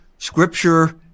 Scripture